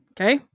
okay